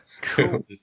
Cool